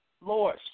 Lord